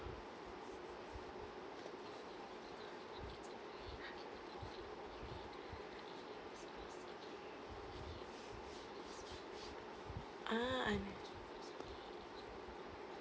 ah un~